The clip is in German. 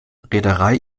reederei